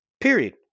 Period